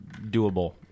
doable